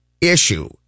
issue